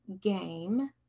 game